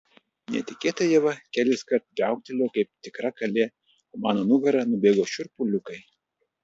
netikėtai ieva keliskart viauktelėjo kaip tikra kalė o mano nugara nubėgo šiurpuliukai